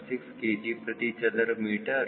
6 kg ಪ್ರತಿ ಚದರ metre ಎಂದು